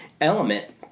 element